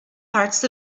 hearts